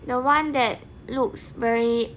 the one that looks very